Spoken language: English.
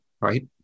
right